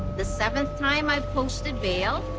the seventh time i've posted bail.